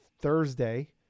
Thursday